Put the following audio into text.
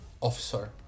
officer